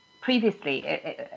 previously